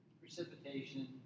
precipitation